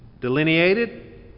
delineated